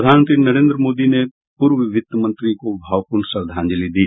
प्रधानमंत्री नरेन्द्र मोदी ने पूर्व वित्त मंत्री को भावपूर्ण श्रद्धांजलि दी